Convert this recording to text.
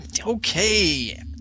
Okay